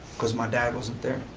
because my dad wasn't there.